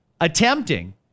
attempting